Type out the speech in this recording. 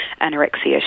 anorexia